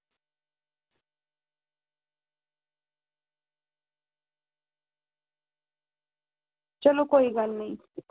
चलो कोई गल्ल नेईं